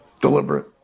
Deliberate